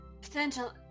potential